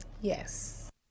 Yes